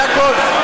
זה הכול.